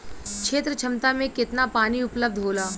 क्षेत्र क्षमता में केतना पानी उपलब्ध होला?